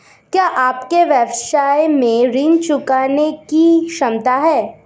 क्या आपके व्यवसाय में ऋण चुकाने की क्षमता है?